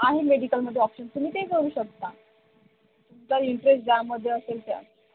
आहेत मेडिकलमध्ये ऑप्शन्स तुम्ही ते करू शकता तुमचा इंटरेस्ट ज्यामध्ये असेल त्यात